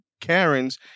Karen's